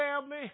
family